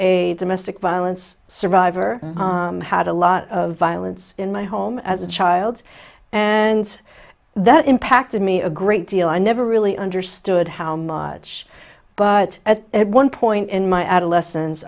a domestic violence survivor had a lot of violence in my home as a child and that impacted me a great deal i never really understood how much but at one point in my adolescen